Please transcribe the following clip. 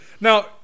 now